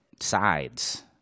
sides